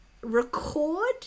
record